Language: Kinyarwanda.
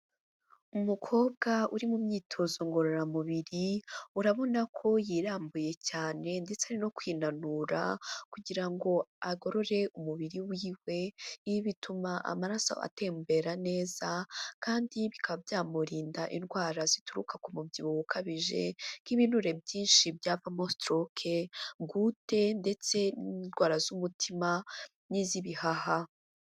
Umukobwa uri mu myitozo ngororamubiri urabona ko yirambuye cyane ndetse ari no kwinanura kugira ngo agorore umubiri wiwe, ibi bituma amaraso atembera neza kandi bikaba byamurinda indwara zituruka ku mubyibuho ukabije nk'ibinure byinshi byavamo stroke, goutte ndetse n'indwara z'umutima n'iz'ibihaha.